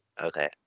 Okay